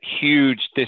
huge